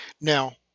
now